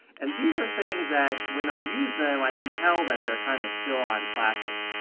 and these are things that when i use them i can tell that they're kind of still on classic.